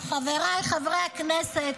חבריי חברי הכנסת,